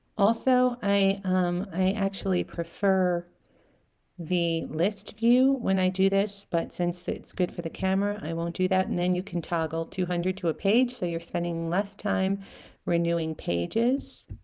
also i i actually prefer the list view when i do this but since it's good for the camera i won't do that and then you can toggle two hundred to a page so you're spending less time renewing pages